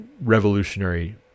revolutionary